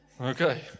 Okay